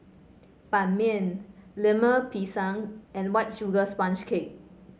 Ban Mian Lemper Pisang and White Sugar Sponge Cake